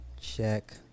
check